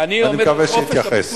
אני מקווה שהוא יתייחס.